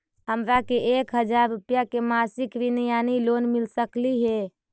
हमरा के एक हजार रुपया के मासिक ऋण यानी लोन मिल सकली हे?